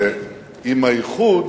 ועם האיחוד